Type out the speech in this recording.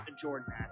Jordan